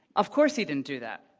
of course he didn't do that.